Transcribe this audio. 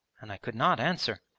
and i could not answer.